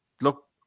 look